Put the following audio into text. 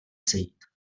sejít